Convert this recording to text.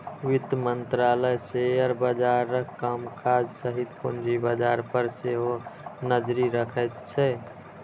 वित्त मंत्रालय शेयर बाजारक कामकाज सहित पूंजी बाजार पर सेहो नजरि रखैत छै